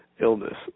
illness